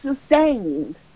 sustained